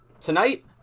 Tonight